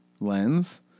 lens